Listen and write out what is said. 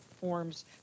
forms